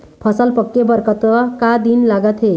फसल पक्के बर कतना दिन लागत हे?